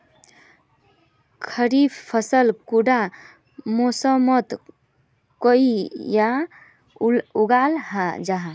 खरीफ फसल कुंडा मोसमोत बोई या उगाहा जाहा?